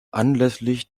anlässlich